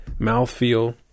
mouthfeel